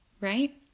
Right